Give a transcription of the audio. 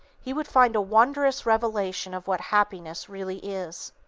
he would find a wondrous revelation of what happiness really is.